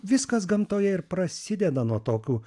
viskas gamtoje ir prasideda nuo tokių